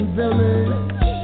village